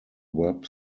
web